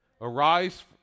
Arise